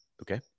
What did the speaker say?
Okay